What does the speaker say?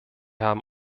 haben